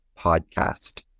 podcast